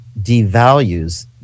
devalues